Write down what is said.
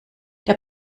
der